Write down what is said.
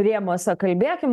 rėmuose kalbėkim